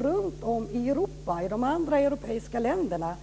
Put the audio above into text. Runtom i Europa, i de andra europeiska länderna,